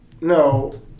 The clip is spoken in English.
no